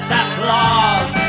applause